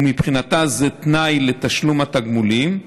ומבחינתה זה תנאי לתשלום התגמולים.